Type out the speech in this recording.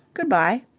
good-bye.